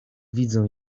widzą